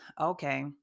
Okay